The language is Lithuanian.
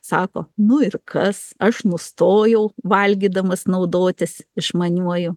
sako nu ir kas aš nustojau valgydamas naudotis išmaniuoju